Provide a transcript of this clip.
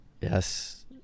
Yes